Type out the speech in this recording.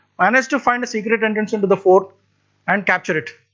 managed to find a secret entrance into the fort and capture it